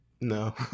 No